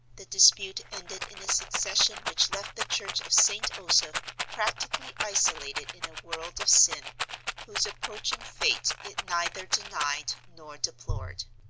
the dispute ended in a secession which left the church of st. osoph practically isolated in a world of sin whose approaching fate it neither denied nor deplored.